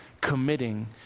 committing